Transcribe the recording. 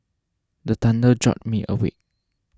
the thunder jolt me awake